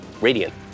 Radiant